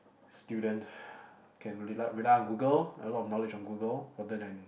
student can rely rely on Google a lot of knowledge on Google rather than